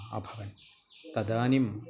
अभवन् तदानीम्